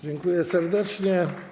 Dziękuję serdecznie.